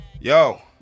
Yo